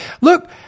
look